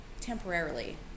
temporarily